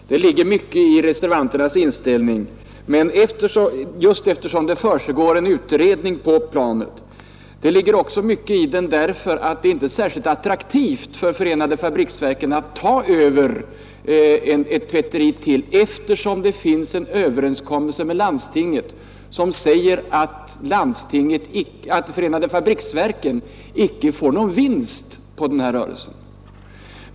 Fru talman! Det ligger mycket i reservanternas inställning just eftersom en utredning pågår. Det ligger också mycket i den därför att det inte är särskilt attraktivt för förenade fabriksverken att ta över ett tvätteri till, eftersom det finns en överenskommelse med landstingen som säger att förenade fabriksverken inte skall ha någon vinst på tvätterirörelsen.